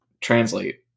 translate